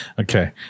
okay